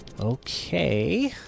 Okay